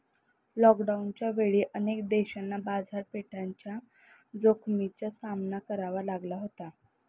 लॉकडाऊनच्या वेळी अनेक देशांना बाजारपेठेच्या जोखमीचा सामना करावा लागला होता